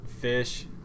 Fish